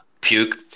Puke